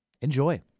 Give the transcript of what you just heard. enjoy